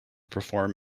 perform